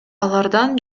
алардан